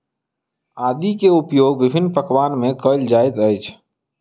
आदी के उपयोग विभिन्न पकवान में कएल जाइत अछि